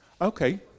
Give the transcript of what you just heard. Okay